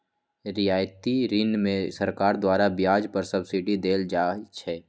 रियायती ऋण में सरकार द्वारा ब्याज पर सब्सिडी देल जाइ छइ